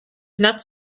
nuts